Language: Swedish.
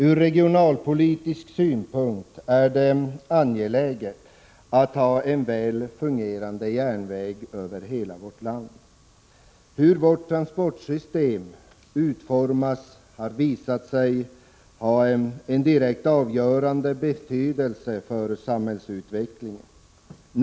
Från regionalpolitisk synpunkt är det angeläget att ha en väl fungerande järnväg över hela vårt land. Utformningen av vårt transportsystem har visat sig ha en direkt avgörande betydelse för samhällsutvecklingen.